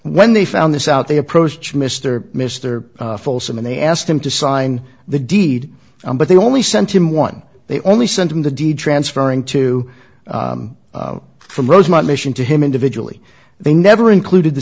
when they found this out they approached mr mr folsom and they asked him to sign the deed but they only sent him one they only sent him the deed transferring to from rosemont mission to him individually they never included the